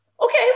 okay